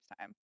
time